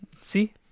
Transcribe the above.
See